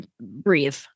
breathe